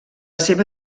seva